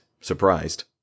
surprised